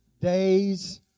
days